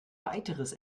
weiteres